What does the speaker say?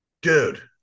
Dude